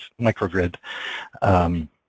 microgrid